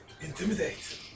Intimidate